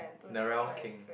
Narelle-Kheng